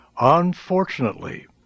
Unfortunately